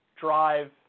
drive